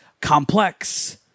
complex